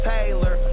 Taylor